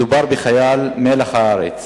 מדובר בחייל מלח הארץ